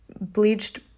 bleached